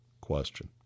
question